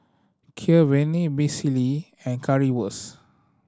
Kheer Vermicelli and Currywurst